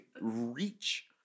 reach